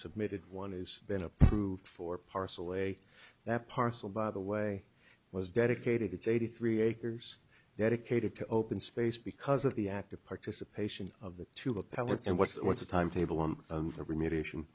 submitted one is been approved for parcel way that parcel by the way was dedicated it's eighty three acres dedicated to open space because of the active participation of the two appellants and what's what's the timetable on the remediation